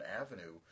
avenue